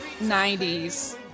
90s